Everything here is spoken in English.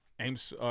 aims